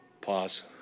Pause